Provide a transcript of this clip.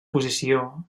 posició